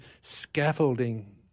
scaffolding